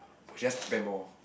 will just prepare more